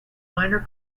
minor